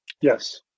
Yes